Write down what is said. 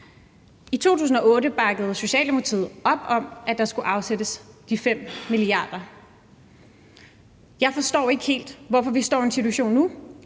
I 2008 bakkede Socialdemokratiet op om, at der skulle afsættes 5 mia. kr. Jeg forstår ikke helt, hvorfor vi står i en situation nu,